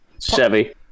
Chevy